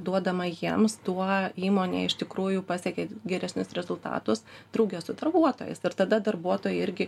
duodama jiems tuo įmonė iš tikrųjų pasiekia geresnius rezultatus drauge su darbuotojais ir tada darbuotojai irgi